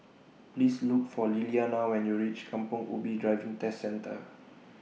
Please Look For Liliana when YOU REACH Kampong Ubi Driving Test Centre